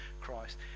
Christ